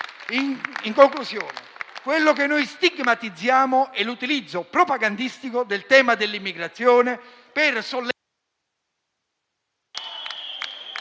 in conclusione, quello che stigmatizziamo è l'utilizzo propagandistico del tema dell'immigrazione per... *(**Si sentono suoni